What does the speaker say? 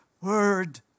word